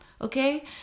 Okay